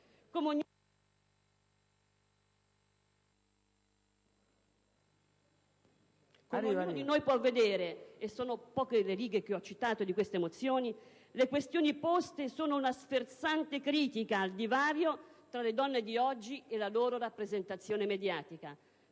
Come ognuno di noi può vedere (e sono le poche righe che ho citato di queste mozioni) le questioni poste sono una sferzante critica al divario tra le donne di oggi e la loro rappresentazione mediatica: